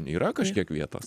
yra kažkiek vietos